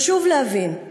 חשוב להבין: